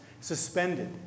suspended